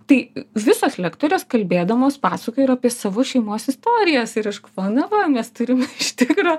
tai visos lektorės kalbėdamos pasakoja ir apie savo šeimos istorijas ir aš galvoju na va mes turime iš tikro